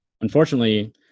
Unfortunately